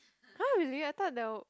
!huh! really I thought there will